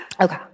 Okay